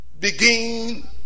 begin